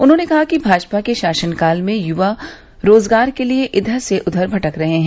उन्होंने कहा कि भाजपा के शासन काल में युवा रोजगार के लिये इधर से उधर भटक रहे हैं